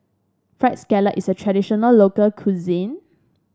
fried scallop is a traditional local cuisine